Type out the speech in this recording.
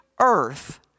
earth